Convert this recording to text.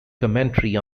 commentary